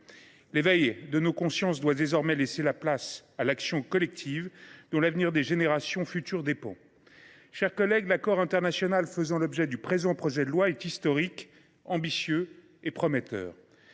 L’éveil de nos consciences doit désormais laisser place à l’action collective, dont dépend l’avenir des générations futures. Mes chers collègues, l’accord international faisant l’objet du présent projet de loi est historique, ambitieux et prometteur.